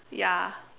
ya